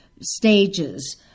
stages